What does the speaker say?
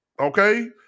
Okay